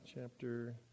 chapter